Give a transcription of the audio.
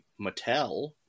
Mattel